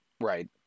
Right